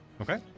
Okay